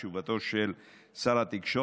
זו תשובתו של שר התקשורת.